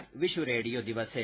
आज विश्व रेडियो दिवस है